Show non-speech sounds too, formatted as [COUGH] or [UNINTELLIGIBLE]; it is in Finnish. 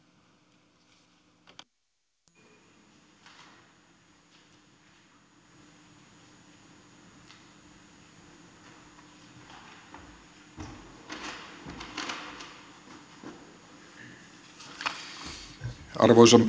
arvoisa [UNINTELLIGIBLE]